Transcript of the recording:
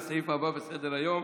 בסדר-היום,